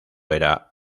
era